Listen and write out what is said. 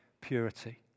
purity